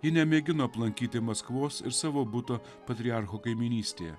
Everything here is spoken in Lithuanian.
ji nemėgino aplankyti maskvos ir savo buto patriarcho kaimynystėje